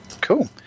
Cool